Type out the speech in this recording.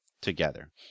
together